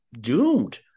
doomed